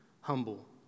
humble